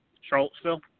Charlottesville